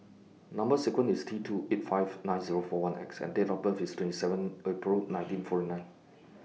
Number sequence IS T two eight five nine Zero four one X and Date of birth IS twenty seven April nineteen forty nine